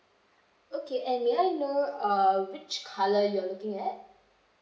okay and may I know uh which colour you're looking at